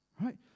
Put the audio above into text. Right